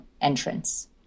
entrance